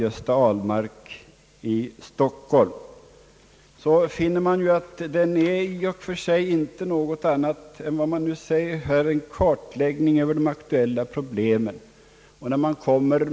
Gösta Ahlmark, Stockholm — finner man att den i och för sig inte är något annat än en kartläggning över de aktuella problemen, så som här har sagts.